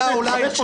להיכנס --- באמת,